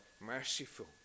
merciful